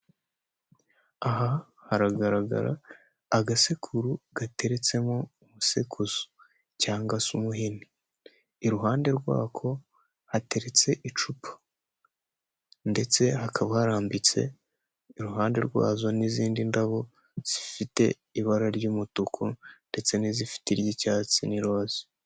Aha haragaragara agasekuru gateretsemo umusekuzo cyangwa se umuhini, iruhande rwako hateretse icupa ndetse hakaba harambitse iruhande rwazo n'izindi ndabo zifite ibara ry'umutuku ndetse n'izifite iry'icyatsi n'iroza.